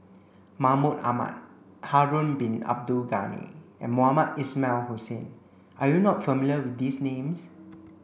Mahmud Ahmad Harun bin Abdul Ghani and Mohamed Ismail Hussain are you not familiar with these names